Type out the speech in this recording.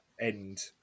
end